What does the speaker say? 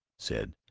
said,